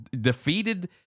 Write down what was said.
defeated